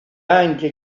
anche